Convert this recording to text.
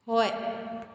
ꯍꯣꯏ